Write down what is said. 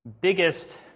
biggest